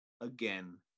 again